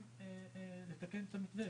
אנחנו עכשיו ניכנס לזה יואב?